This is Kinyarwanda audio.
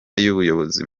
y’ubuyobozi